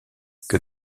que